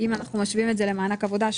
אם משווים את זה למענק עבודה,